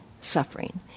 suffering